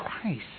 Christ